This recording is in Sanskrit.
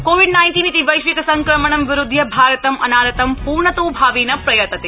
कोविड नाइन्टीन इति वैश्विक संक्रमणं विरुध्य भारतं अनारतं प्रर्णतोभावेन प्रयतते